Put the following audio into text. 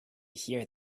hear